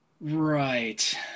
Right